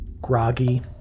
groggy